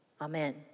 Amen